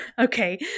okay